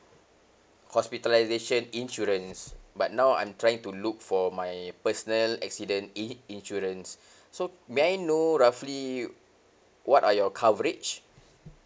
hospitalization insurance but now I'm trying to look for my personal accident in~ insurance so may I know roughly what are your coverage